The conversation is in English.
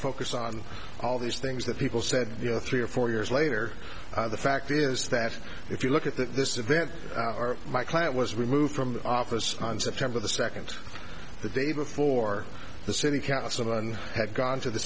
focus on all these things that people said you know three or four years later the fact is that if you look at that this event are my client was removed from the office on september the second the day before the city council and had gone to the